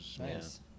nice